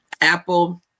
Apple